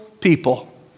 people